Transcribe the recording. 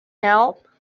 help